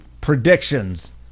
predictions